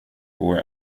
går